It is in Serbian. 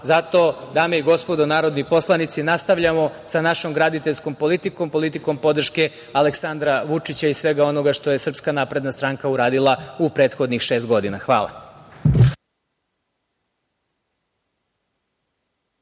Zato dame i gospodo narodni poslanici, nastavljamo sa našom graditeljskom politikom, politikom podrške Aleksandra Vučića i svega onoga što je SNS uradila u prethodnih šest godina. Hvala.